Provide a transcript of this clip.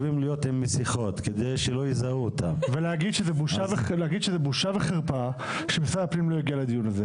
רק אגיד שזו בושה וחרפה שמשרד הפנים לא הגיע לדיון הזה.